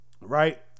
right